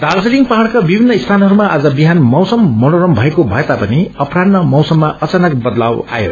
दार्जीलिङ पहाड़का विभित्र स्थानहरूमा आज बिहान मैसम मनोरम भएको भए तापनि अपरान्ह मैसममा अचानक बदलाव आयो